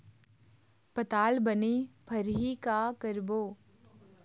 पताल बने फरही का करबो?